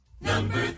Number